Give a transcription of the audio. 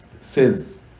says